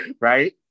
right